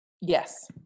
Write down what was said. Yes